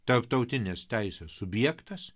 tarptautinės teisės subjektas